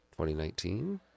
2019